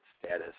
status